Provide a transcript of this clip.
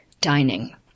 dining